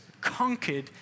conquered